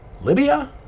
Libya